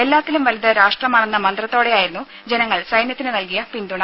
എല്ലാത്തിലും വലുത് രാഷ്ട്രമാണെന്ന മന്ത്രത്തോടെയായിരുന്നു ജനങ്ങൾ സൈന്യത്തിന് നൽകിയ പിന്തുണ